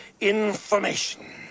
Information